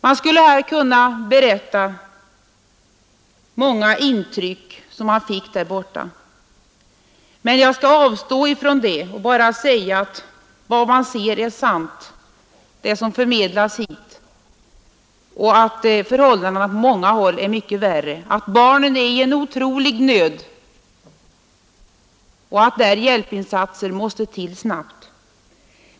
Man skulle här kunna berätta många intryck som man fick där borta, men jag skall avstå från det och bara säga att den information som förmedlas hit är sann och att förhållandena på många håll är mycket värre, att barnen är i en otrolig nöd och att hjälpinsatser måste till snabbt.